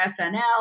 SNL